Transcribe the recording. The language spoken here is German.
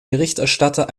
berichterstatter